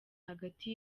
hagati